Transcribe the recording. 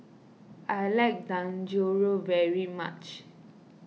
I like Dangojiru very much